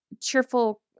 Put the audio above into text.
cheerful